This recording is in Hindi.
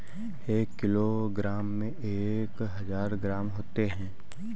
एक किलोग्राम में एक हजार ग्राम होते हैं